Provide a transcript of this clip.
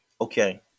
okay